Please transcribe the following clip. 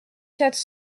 quatre